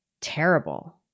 terrible